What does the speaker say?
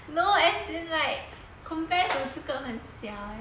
no as in like compare to 这个很小